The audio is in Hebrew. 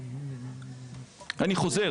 אני חוזר,